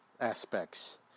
aspects